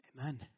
Amen